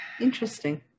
Interesting